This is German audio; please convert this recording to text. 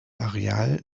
areal